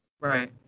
Right